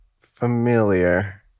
Familiar